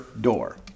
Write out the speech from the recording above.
door